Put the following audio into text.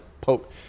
poke